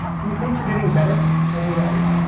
do you think you're getting better as a writer?